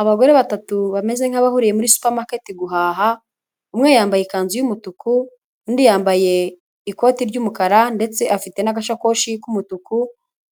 Abagore batatu bameze nk'abahuriye muri supamaketi guhaha, umwe yambaye ikanzu y'umutuku, undi yambaye ikoti ry'umukara ndetse afite n'agasakoshi k'umutuku,